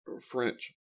French